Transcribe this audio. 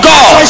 God